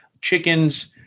Chickens